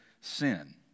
sin